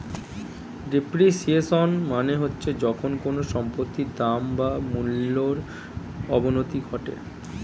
depreciation মানে হচ্ছে যখন কোনো সম্পত্তির দাম বা মূল্যর অবনতি ঘটে